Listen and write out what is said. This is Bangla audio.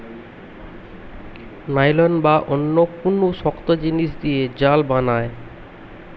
নাইলন বা অন্য কুনু শক্ত জিনিস দিয়ে জাল বানায়